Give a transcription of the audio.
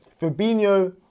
Fabinho